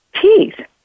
teeth